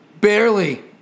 Barely